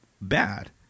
bad